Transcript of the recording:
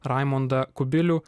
raimondą kubilių